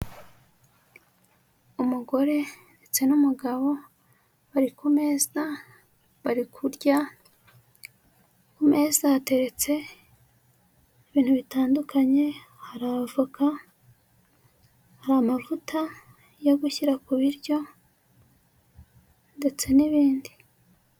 Umugore ndetse n'umugabo bari ku meza, bari kurya, ku meza hateretse ibintu bitandukanye, hari avoka, hari amavuta yo gushyira ku biryo ndetse n'ibindi.